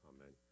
Amen